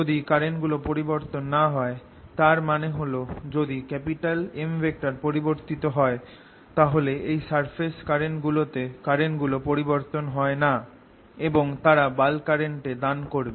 যদি কারেন্ট গুলো পরিবর্তন না হয়ে তার মানে হল যদি M পরিবর্তিত হয় তাহলে এই সারফেস গুলো তে কারেন্ট গুলো পরিবর্তন হয়ে না এবং তারা বাল্ক কারেন্ট এ দান করবে